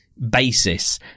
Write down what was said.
Basis